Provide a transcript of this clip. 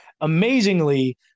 amazingly